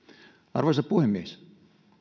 arvoisa puhemies